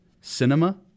cinema